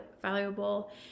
valuable